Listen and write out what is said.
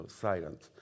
silent